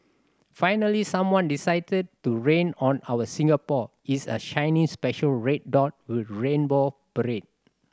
finally someone decided to rain on our Singapore is a shiny special red dot with rainbow parade